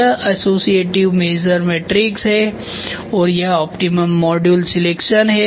तो यह associative measure matrix है और यह ऑप्टिमम मॉड्यूल सिलेक्शन है